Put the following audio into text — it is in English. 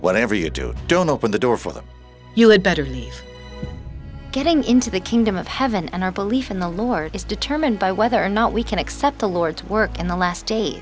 whatever you do don't open the door for them you had better be getting into the kingdom of heaven and our belief in the lord is determined by whether or not we can accept the lord's work and the last day